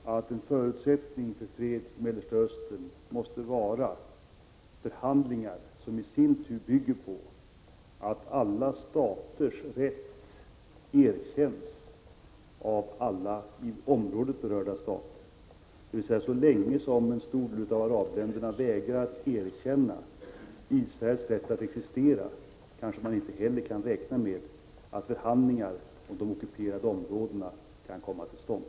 Herr talman! Jag vill bara understryka för Bo Hammar att en förutsättning för fred i Mellersta Östern måste vara förhandlingar, som i sin tur bygger på att alla staters rätt erkänns av alla i området berörda stater. Så länge som en stor del av arabländerna vägrar att erkänna Israels rätt att existera, kanske man inte heller kan räkna med att förhandlingar om de ockuperade områdena kan komma till stånd.